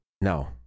No